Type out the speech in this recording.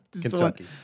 Kentucky